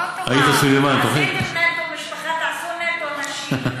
עשיתם נטו משפחה, תעשו נטו נשים.